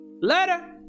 Later